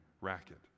racket